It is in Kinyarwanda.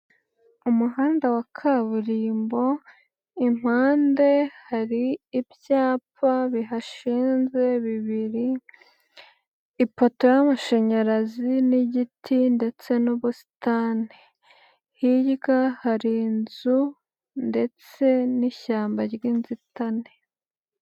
Umuhanda wa kaburimbo, impande hari ibyapa bihashinze bibiri, ipoto y'amashanyarazi n'igiti ndetse n'ubusitani,. Hirya hari inzu ndetse n'ishyamba ry'inzitane.